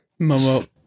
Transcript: Momo